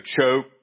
choke